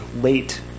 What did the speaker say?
late